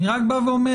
אני רק בא ואומר